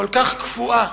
כל כך קפואה.